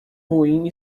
ruim